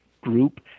group